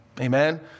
Amen